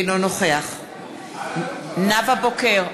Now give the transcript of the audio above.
אינו נוכח נאוה בוקר,